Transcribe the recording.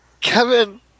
Kevin